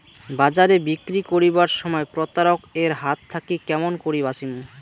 বাজারে বিক্রি করিবার সময় প্রতারক এর হাত থাকি কেমন করি বাঁচিমু?